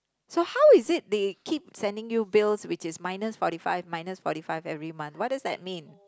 so how is it they keep sending you bills which is minus forty five minus forty five every month what does that mean